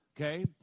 Okay